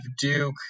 Duke